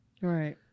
right